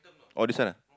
oh this one